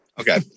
Okay